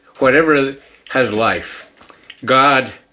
whatever has life god,